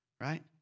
right